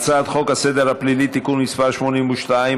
הצעת חוק סדר הדין הפלילי (תיקון מס' 82),